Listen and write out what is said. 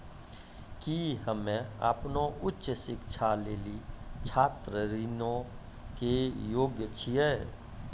कि हम्मे अपनो उच्च शिक्षा लेली छात्र ऋणो के योग्य छियै?